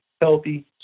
healthy